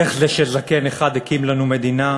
איך זה שזקן אחד הקים לנו מדינה,